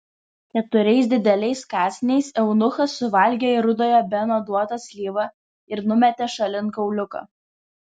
keturiais dideliais kąsniais eunuchas suvalgė rudojo beno duotą slyvą ir numetė šalin kauliuką